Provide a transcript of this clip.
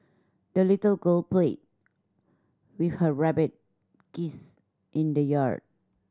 the little girl played with her rabbit geese in the yard